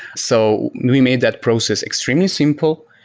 so we made that process extremely simple,